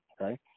okay